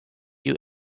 you